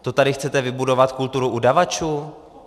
To tady chcete vybudovat kulturu udavačů?